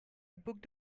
booked